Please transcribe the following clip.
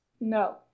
No